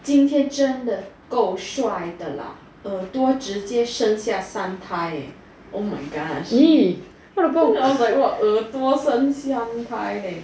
今天真的够帅的啦耳朵直接生下三胎 eh oh my gosh then I was like what 耳朵生三胎 leh